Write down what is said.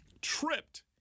tripped